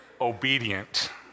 Obedient